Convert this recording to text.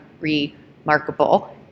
remarkable